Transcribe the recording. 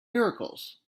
miracles